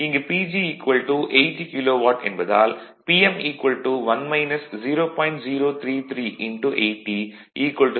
இங்கு PG 80 kilowatt என்பதால் Pm 1 0